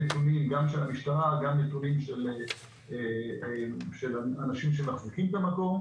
הנתונים גם של המשטרה וגם של אנשים שמחזיקים את המקום.